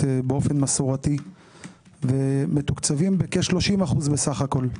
באופן מסורתי ומתוקצבים בכ-305 בסך הכול.